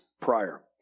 prior